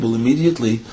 immediately